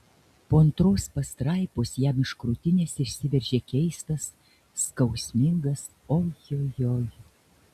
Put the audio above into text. po antros pastraipos jam iš krūtinės išsiveržė keistas skausmingas ojojoi